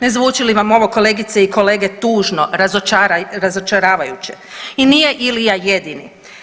Ne zvuči li vam ovo kolegice i kolege tužno, razočaravajuće i nije Ilija jedini.